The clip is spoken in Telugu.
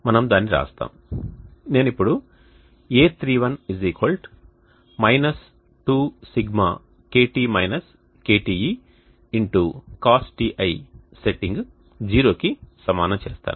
మనము దానిని వ్రాస్తాము నేను ఇప్పుడు a31 2Σcosτi సెట్టింగ్ 0కి సమానం చేస్తాను